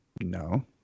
No